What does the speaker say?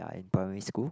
I in primary school